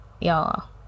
y'all